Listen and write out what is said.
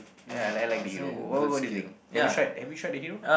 ya I like like the hero what what do you think have you tried have you tried the hero